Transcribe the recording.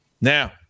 Now